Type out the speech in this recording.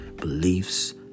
beliefs